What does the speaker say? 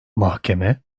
mahkeme